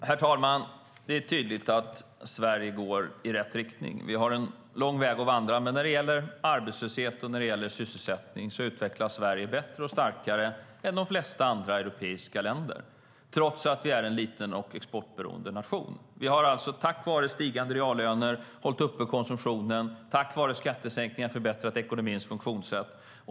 Herr talman! Det är tydligt att Sverige går i rätt riktning. Vi har en lång väg att vandra. Men när det gäller arbetslöshet och sysselsättning utvecklas Sverige bättre och starkare än de flesta andra europeiska länder, trots att vi är en liten och exportberoende nation. Vi har alltså tack vare stigande reallöner hållit uppe konsumtionen och tack vare skattesänkningar förbättrat ekonomins funktionssätt.